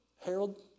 Harold